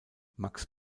max